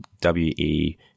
W-E